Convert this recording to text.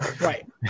right